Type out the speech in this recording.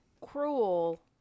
cruel